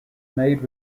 made